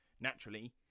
Naturally